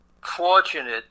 fortunate